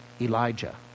Elijah